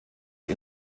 die